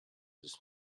this